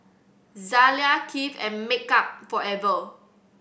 Zalia Kiehl and Makeup Forever